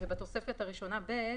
בתוספת הראשונה ב',